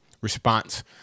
response